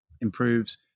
improves